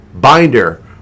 binder